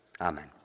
Amen